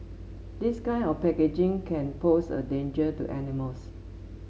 this kind of packaging can pose a danger to animals